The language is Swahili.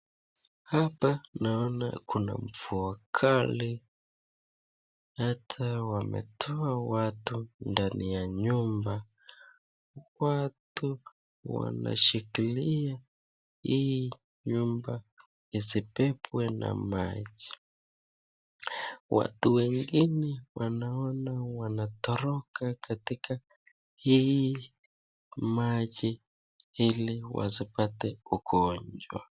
Hapa naona kuna mvua kali, hata wametoa watu ndani ya nyumba. Watu wanashikilia hii nyumba isebebwe na maji. Watu wengine wanaona wanatoroka katika hii maji ili wasipate ugonjwa.